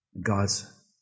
God's